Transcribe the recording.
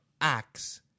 acts